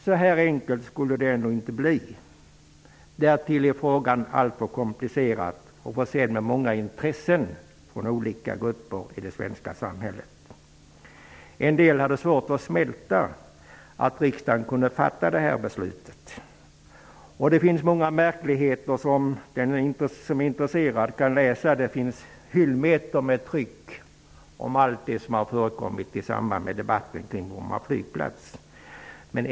Så här enkelt blev det emellertid inte -- därtill är frågan alltför komplicerad. Den berör också många intressen från olika grupper i det svenska samhället. En del hade svårt att smälta att riksdagen kunde fatta detta beslut. Det finns många märkligheter som den som är intresserad kan ta del av. Det finns hyllmeter med tryck om allt som har förekommit i samband med diskussionerna kring Bromma flygplats.